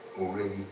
already